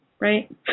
Right